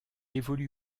évolue